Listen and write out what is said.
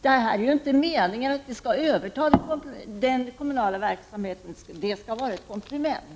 Det är inte meningen att de skall överta den kommunala verksamheten, utan det skall vara ett komplement.